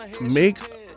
make